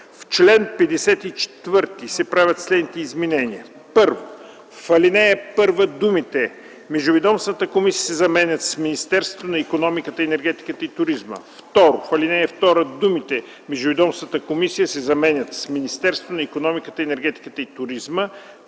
В чл. 54 се правят следните изменения: 1. В ал. 1 думите „Междуведомствената комисия” се заменят с „Министерството на икономиката, енергетиката и туризма”. 2. В ал. 2 думите „Междуведомствената комисия” се заменят с „Министерството на икономиката, енергетиката и туризма”.